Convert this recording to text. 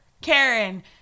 Karen